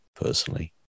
personally